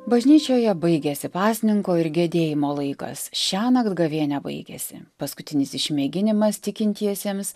bažnyčioje baigėsi pasninko ir gedėjimo laikas šiąnakt gavėnia baigėsi paskutinis išmėginimas tikintiesiems